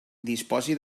disposi